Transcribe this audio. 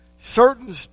Certain